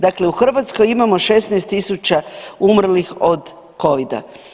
Dakle u Hrvatskoj imamo 16000 umrlih od covida.